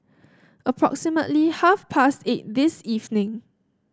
approximately half past eight this evening